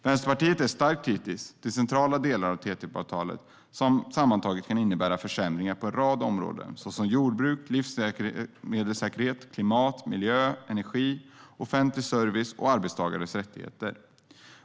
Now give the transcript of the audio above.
Vänsterpartiet är starkt kritiskt till centrala delar av TTIP-avtalet som sammantaget kan innebära försämringar på en rad områden, som jordbruk, livsmedelssäkerhet, klimat, miljö, energi, offentlig service och arbetstagares rättigheter.